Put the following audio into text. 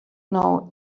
know